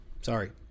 Sorry